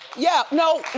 yeah, no,